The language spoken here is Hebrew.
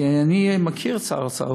כי אני מכיר את שר האוצר.